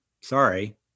Sorry